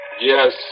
Yes